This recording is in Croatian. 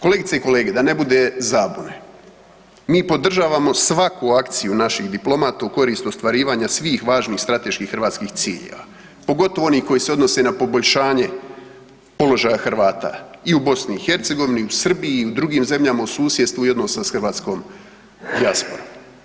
Kolegice i kolege, da ne bude zabune, mi podržavamo svaku akciju naših diplomata u korist ostvarivanja svih važnih strateških hrvatskih ciljeva, pogotovo onih koji se odnose na poboljšanje položaja Hrvata i u BiH i u Srbiji i u drugim zemljama u susjedstvu i odnosa s hrvatskom dijasporom.